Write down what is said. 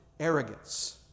arrogance